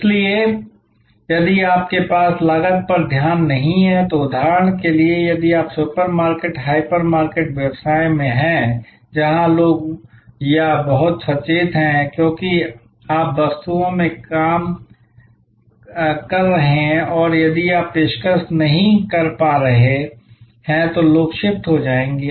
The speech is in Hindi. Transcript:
इसलिए यदि आपके पास लागत पर ध्यान नहीं है तो उदाहरण के लिए यदि आप सुपरमार्केट हाइपर मार्केट व्यवसाय में हैं जहां लोग या बहुत सचेत हैं क्योंकि आप वस्तुओं में काम कर रहे हैं और यदि आप पेशकश नहीं कर पा रहे हैं तो लोग शिफ्ट हो जाएंगे